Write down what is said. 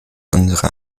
unserer